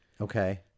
Okay